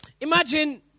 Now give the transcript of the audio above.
Imagine